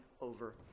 over